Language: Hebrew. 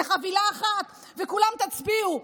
זאת חבילה אחת, וכולם, תצביעו.